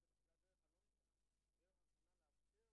ת הזאת בידי עובדים שמעדיפים להישאר